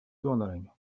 донорами